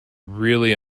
really